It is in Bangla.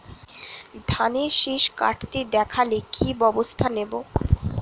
ধানের শিষ কাটতে দেখালে কি ব্যবস্থা নেব?